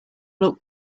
look